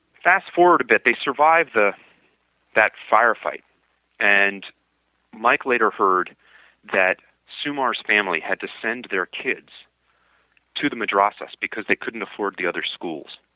fast-forward a bit, they survived that firefight and mike later heard that sumar's family had to send their kids to the madrasahs because they couldn't afford the other schools